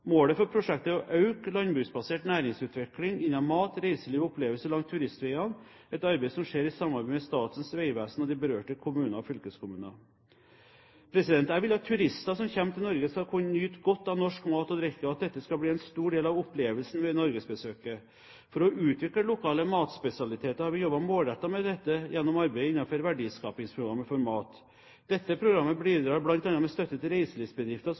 Målet for prosjektet er å øke landbruksbasert næringsutvikling innen mat, reiseliv og opplevelser langs turistveiene, et arbeid som skjer i samarbeid med Statens vegvesen og de berørte kommuner og fylkeskommuner. Jeg vil at turister som kommer til Norge, skal kunne nyte godt av norsk mat og drikke, og at dette skal bli en stor del av opplevelsen ved norgesbesøket. For å utvikle lokale matspesialiteter har vi jobbet målrettet med dette gjennom arbeidet innenfor Verdiskapingsprogram for mat. Dette programmet bidrar bl.a. med støtte til reiselivsbedrifter